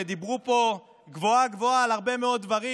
שדיברו פה גבוהה-גבוהה על הרבה מאוד דברים